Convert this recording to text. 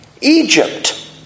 Egypt